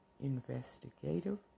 investigative